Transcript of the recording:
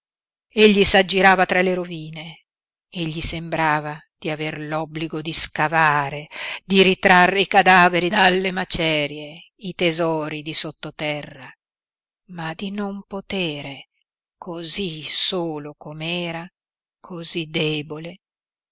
stessa egli s'aggirava tra le rovine e gli sembrava di aver l'obbligo di scavare di ritrarre i cadaveri dalle macerie i tesori di sottoterra ma di non potere cosí solo com'era cosí debole